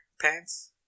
pants